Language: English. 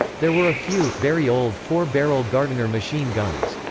there were a few, very old, four-barrel gardiner machine guns.